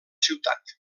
ciutat